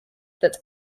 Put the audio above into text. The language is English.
that